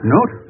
Note